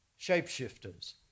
Shapeshifters